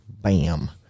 Bam